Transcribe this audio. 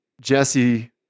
Jesse